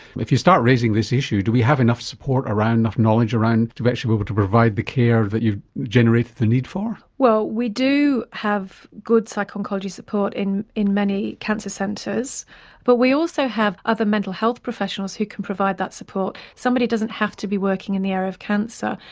if you start raising this issue do we have enough support around, enough knowledge around to actually be able to provide the care that you've generated the need for? well we do have good psychology support in many many cancer centres but we also have other mental health professionals who can provide that support. somebody doesn't have to be working in the area of cancer,